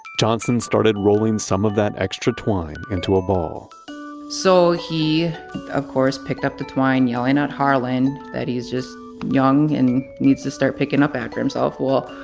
johnson started rolling some of that extra twine into a ball so he of course picked up the twine, yelling ah at harlan that he's just young and needs to start picking up after himself. well,